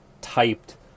typed